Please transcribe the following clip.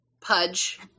Pudge